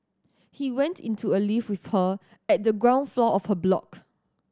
he went into a lift with her at the ground floor of her block